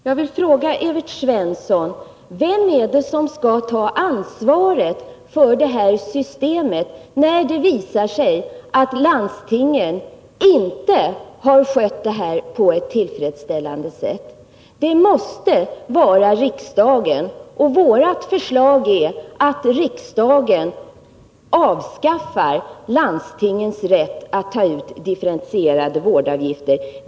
Fru talman! Jag vill fråga Evert Svensson: Vem är det som skall ta ansvaret för systemet, när det visat sig att landstingen inte har skött detta på ett tillfredsställande sätt? Det måste vara riksdagen. Vårt förslag går ut på att riksdagen avskaffar landstingens rätt att ta ut differentierade vårdavgifter.